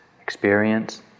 experience